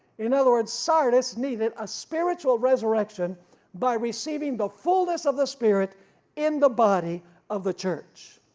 in other words sardis needed a spiritual resurrection by receiving the fullness of the spirit in the body of the church.